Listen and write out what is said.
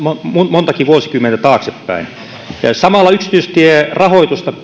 montakin vuosikymmentä taaksepäin samalla yksityistierahoitusta